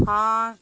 ہاں